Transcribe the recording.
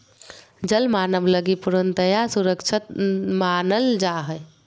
जल मानव लगी पूर्णतया सुरक्षित मानल जा हइ